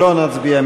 לא נצביע.